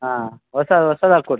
ಹಾಂ ಹೊಸ ಹೊಸದ್ ಹಾಕೊಡ್ತಿವಿ